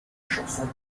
chanson